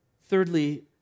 Thirdly